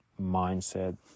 mindset